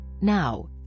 Now